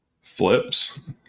Flips